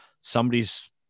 somebody's